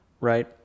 right